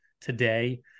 today